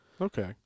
Okay